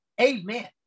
Amen